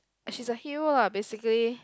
uh she's a hero lah basically